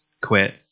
quit